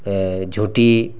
ଏ ଝୋଟି